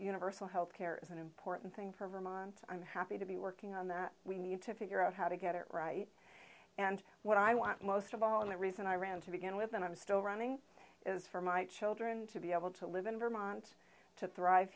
universal health care is an important thing for vermont i'm happy to be working on that we need to figure out how to get it right and what i want most of all and the reason i ran to begin with and i'm still running is for my children to be able to live in vermont to thrive